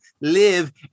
live